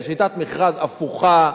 זה שיטת מכרז הפוכה.